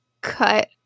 cut